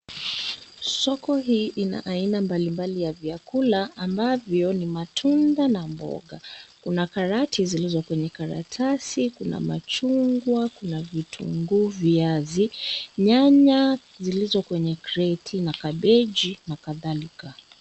Soko hii ina aina mbalimbali ya vyakula ambavyo ni matunda na mboga. Kuna karoti zilizo kwenye karatasi, kuna machungwa, kuna vitunguu, viazi, nyanya zilizo kwenye kreti na kabichi na kadhalika.